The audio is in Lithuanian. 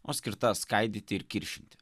o skirta skaidyti ir kiršinti